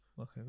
Okay